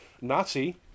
Nazi